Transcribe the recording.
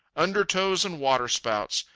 undertows and waterspouts,